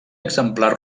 exemplar